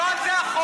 לא על זה החוק,